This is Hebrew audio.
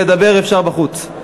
לדבר אפשר בחוץ.